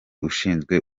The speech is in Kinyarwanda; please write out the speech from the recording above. ushinzwe